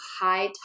high